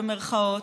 במירכאות,